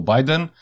Biden